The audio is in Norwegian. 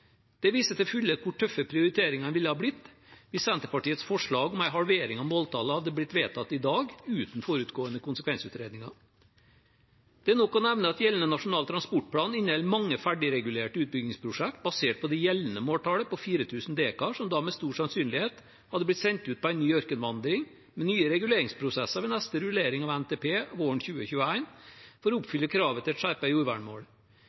Det viser til fulle hvor tøffe prioriteringene ville blitt hvis Senterpartiets forslag om en halvering av måltallet hadde blitt vedtatt i dag uten forutgående konsekvensutredninger. Det er nok å nevne at gjeldende Nasjonal transportplan inneholder mange ferdigregulerte utbyggingsprosjekt basert på det gjeldende måltallet på 4 000 dekar, som da med stor sannsynlighet hadde blitt sendt ut på en ny ørkenvandring med nye reguleringsprosesser ved neste rullering av NTP våren 2021 for å